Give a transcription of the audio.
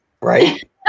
Right